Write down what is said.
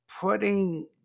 putting